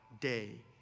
day